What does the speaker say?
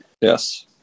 Yes